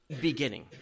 beginning